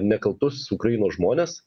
nekaltus ukrainos žmones